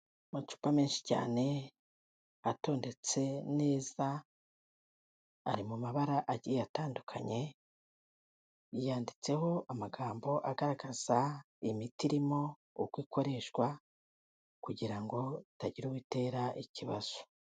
Amacupa menshi cyane atondetse neza, ari mu mabara agiye atandukanye, yanditseho amagambo agaragaza imiti irimo, uko ikoreshwa, kugira ngo hatagira uwo itera ikibazo.